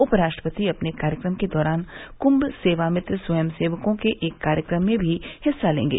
उपराष्ट्रपति अपने कार्यक्रम के दौरान कृभ सेवा मित्र स्वयंसेवकों के एक कार्यक्रम में भी हिस्सा लेंगे